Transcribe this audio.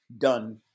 done